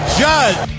judge